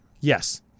yes